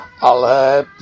Ale